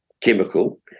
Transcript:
chemical